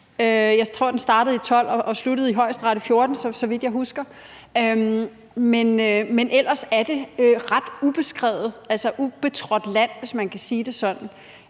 Jeg tror, at sagen startede i 2012 og sluttede i Højesteret i 2014, så vidt jeg husker. Men ellers er det ret ubeskrevet, altså ubetrådt land, hvis man kan sige det sådan,